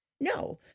No